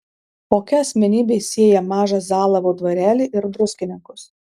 kokia asmenybė sieja mažą zalavo dvarelį ir druskininkus